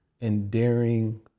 endearing